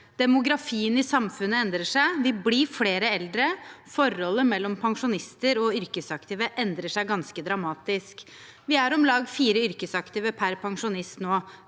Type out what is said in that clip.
Demografien i samfunnet endrer seg. Vi blir flere eldre, og forholdet mellom pensjonister og yrkesaktive endrer seg ganske dramatisk. Vi er om lag fire yrkesaktive per pensjonist nå.